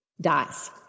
dies